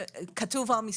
אשתדל מאוד לעמוד בזמנים.